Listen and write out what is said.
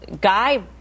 Guy